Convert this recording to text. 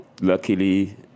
Luckily